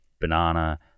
banana